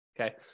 Okay